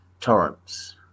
torrents